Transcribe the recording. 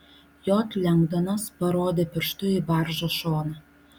j lengdonas parodė pirštu į baržos šoną